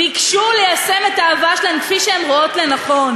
ביקשו ליישם את האהבה שלהן כפי שהן רואות לנכון.